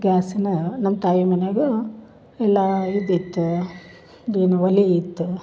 ಗ್ಯಾಸಿನ ನಮ್ಮ ತಾಯಿ ಮನ್ಯಾಗ ಎಲ್ಲಾ ಇದ್ದಿತ್ತು ಅದೇನು ಒಲಿ ಇತ್ತು